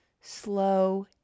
Slow